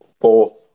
Four